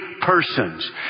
persons